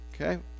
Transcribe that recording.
Okay